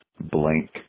blank